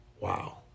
wow